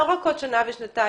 לא רק עוד שנה ושנתיים.